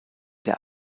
der